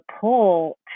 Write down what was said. pull